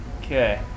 Okay